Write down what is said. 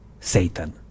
Satan